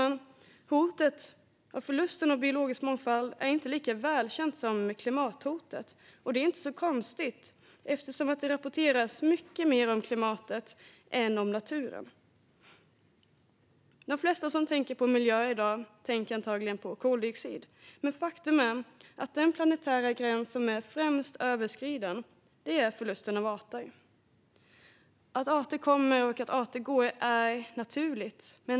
Att hotet om förlust av biologisk mångfald inte är lika välkänt som klimathotet är inte så konstigt eftersom det rapporteras mycket mer om klimatet än om naturen. De flesta som tänker på miljö i dag tänker antagligen på koldioxid. Men faktum är att den planetära gräns som är mest överskriden är den för förlust av arter. Att arter kommer och arter går är naturligt.